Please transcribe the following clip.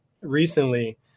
recently